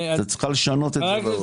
זה צריכה לשנות את זה.